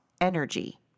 energy